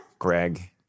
Greg